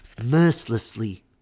mercilessly